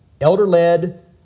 Elder-led